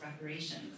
reparations